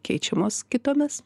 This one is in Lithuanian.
keičiamos kitomis